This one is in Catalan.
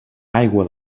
aigua